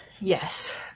Yes